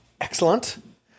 excellent